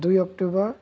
দুই অক্টোবৰ